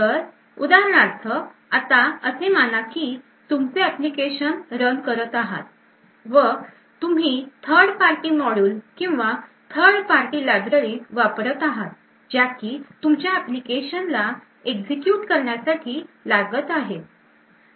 तर उदाहरणार्थ असे माना कि तुम्ही एप्लीकेशन रन करत आहात व तुम्ही थर्ड पार्टी मॉड्यूल किंवा थर्ड पार्टी लाइब्ररीझ वापरत आहात ज्या कि तुमच्या एप्लीकेशन ला एक्झिक्युट करण्यासाठी लागत आहेत